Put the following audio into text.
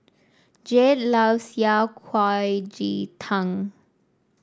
Jared loves Yao Cai Ji Tang